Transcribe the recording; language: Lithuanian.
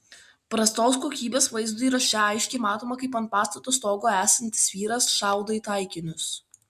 prastos kokybės vaizdo įraše aiškiai matoma kaip ant pastato stogo esantis vyras šaudo į taikinius